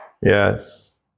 Yes